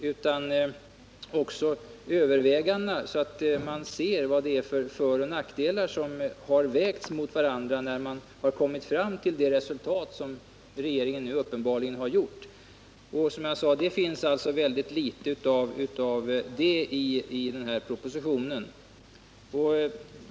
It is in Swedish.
Där borde också övervägandena ingå, så att man kan se vilka föroch nackdelar som har vägts mot varandra innan regeringen har kommit fram till det resultat den nu uppenbarligen har gjort. Det finns alltså väldigt litet av det i denna proposition.